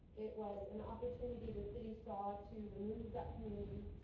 it was an opportunity the city saw to remove that community.